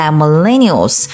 millennials